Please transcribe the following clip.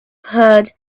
heard